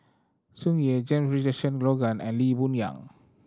Tsung Yeh James Richardson Logan and Lee Boon Yang